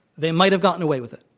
they might have gotten away with it